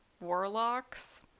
warlocks